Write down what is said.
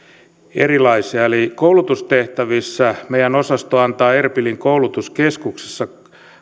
erilaisia eli koulutustehtävissä meidän osastomme antaa erbilin koulutuskeskuksessa